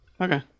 okay